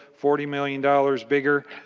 forty million dollars bigger.